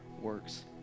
works